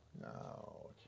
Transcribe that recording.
No